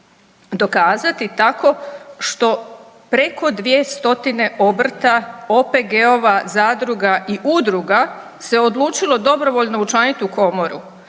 dokazati tako što preko dvije stotine obrta, OPG-ova, zadruga i udruga se odlučilo dobrovoljno učlaniti u Komoru